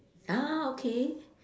ah okay